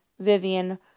Vivian